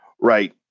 Right